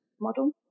model